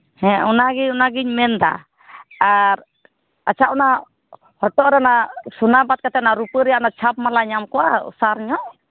ᱦᱮᱸ ᱚᱱᱟᱜᱮ ᱚᱱᱟᱜᱤᱧ ᱢᱮᱱ ᱮᱫᱟ ᱟᱨ ᱟᱪᱪᱷᱟ ᱚᱱᱟ ᱦᱚᱴᱚᱜ ᱨᱮᱱᱟᱜ ᱥᱳᱱᱟ ᱵᱟᱫ ᱠᱟᱛᱮᱫ ᱚᱱᱟ ᱨᱩᱯᱟᱹ ᱨᱮᱭᱟᱜ ᱚᱱᱟ ᱪᱷᱟᱯ ᱢᱟᱞᱟ ᱧᱟᱢ ᱠᱚᱜᱼᱟ ᱚᱥᱟᱨ ᱧᱚᱜ